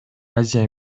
азия